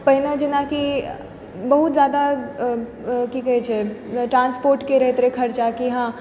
पहिने जेना कि बहुत जादा की कहै छै ट्रांसपोर्ट के रहैत रहै खर्चा कि हँ